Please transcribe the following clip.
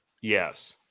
yes